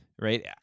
Right